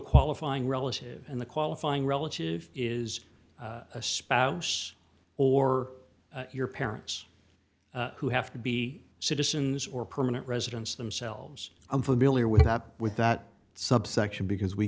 qualifying relative in the qualifying relative is a spouse or your parents who have to be citizens or permanent residents themselves i'm familiar with up with that subsection because we